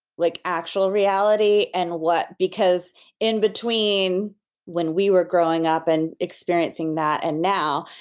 like actual reality and what, because in between when we were growing up and experiencing that and now,